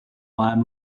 normalen